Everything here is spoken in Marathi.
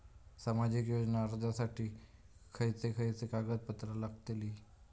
सामाजिक योजना अर्जासाठी खयचे खयचे कागदपत्रा लागतली?